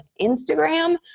Instagram